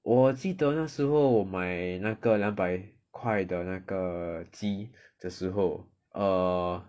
我记得那时候我买那个两百块的那个机的时候 err